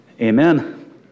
amen